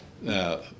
now